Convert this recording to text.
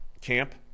camp